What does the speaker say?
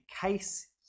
case